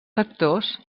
sectors